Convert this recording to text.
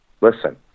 listen